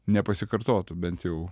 nepasikartotų bent jau